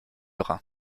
rhin